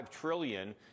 trillion